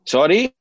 Sorry